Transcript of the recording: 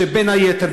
ובין היתר,